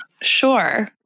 sure